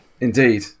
Indeed